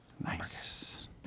nice